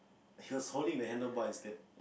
he was holding the handle bar instead